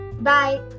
Bye